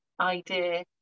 idea